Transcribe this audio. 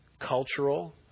cultural